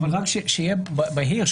שיהיה בהיר.